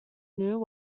new